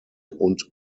und